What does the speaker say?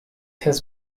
has